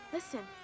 Listen